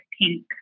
pink